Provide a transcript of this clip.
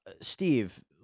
Steve